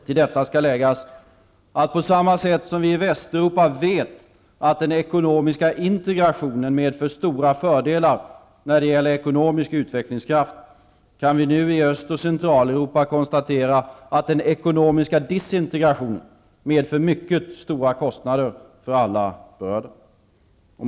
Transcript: Till detta skall läggas, att på samma sätt som vi i Västeuropa vet att den ekonomiska integrationen medför stora fördelar när det gäller ekonomisk utvecklingskraft, kan vi nu i Öst och Centraleuropa konstatera att den ekonomiska disintegrationen medför mycket stora kostnader för alla berörda.